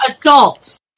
adults